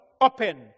Open